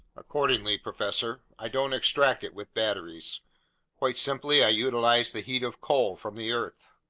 accordingly, professor, i don't extract it with batteries quite simply, i utilize the heat of coal from the earth.